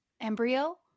Embryo